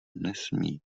nesmí